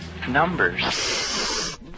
numbers